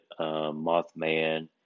Mothman